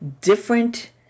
different